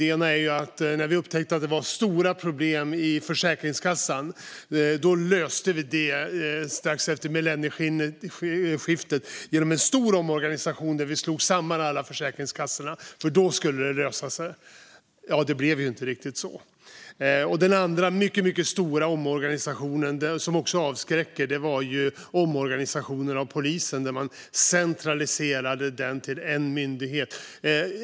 När vi upptäckte att det var stora problem i Försäkringskassan, strax efter millennieskiftet, försökte vi lösa det genom en stor omorganisation där vi slog samman alla försäkringskassorna, för då skulle det lösa sig. Det blev ju inte riktigt så. Den andra mycket stora omorganisationen, som också avskräcker, var omorganisationen av polisen, där man centraliserade den till en myndighet.